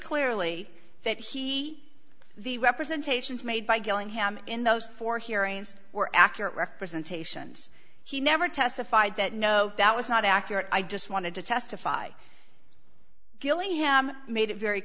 clearly that he the representations made by gillingham in those four hearings were accurate representations he never testified that no that was not accurate i just wanted to testify gillingham made it very